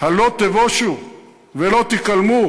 הלא תבושו ולא תיכלמו?